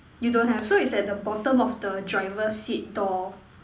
you don't have so it's at the bottom of the driver's seat door